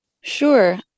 Sure